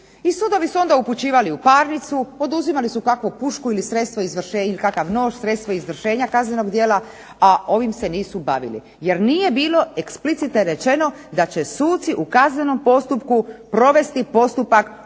sudovi su onda upućivali u parnicu, oduzimali su kakvu pušku ili sredstvo izvršenja ili kakav nož, sredstvo izvršenja kaznenog djela, a ovim se nisu bavili. Jer nije bilo eksplicite rečeno da će suci u kaznenom postupku provesti postupak oduzimanja